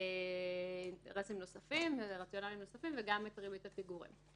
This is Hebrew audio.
רציונלים נוספים וגם את ריבית הפיגורים.